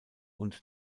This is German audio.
und